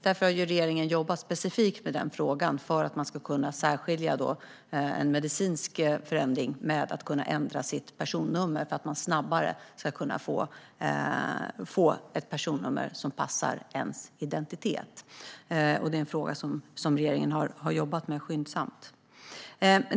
Därför har regeringen jobbat specifikt med den frågan - för att vi ska kunna särskilja en medicinsk förändring och en ändring av personnummer, så att man snabbare ska kunna få ett personnummer som passar ens identitet. Det är en fråga regeringen har jobbat med skyndsamt.